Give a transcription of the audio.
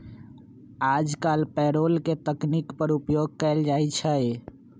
याजकाल पेरोल के तकनीक पर उपयोग कएल जाइ छइ